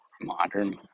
modern